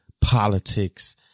politics